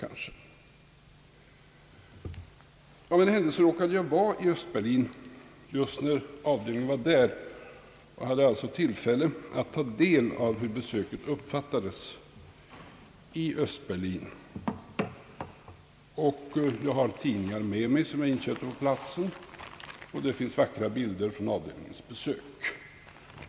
Av en händelse råkade jag befinna mig i Östberlin just när avdelningen var där och hade alltså tillfälle att ta del av hur besöket uppfattades i Östberlin. Jag har tidningar med mig som jag inköpt på platsen. Det finns i dem vackra bilder från avdelningens besök.